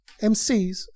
MCs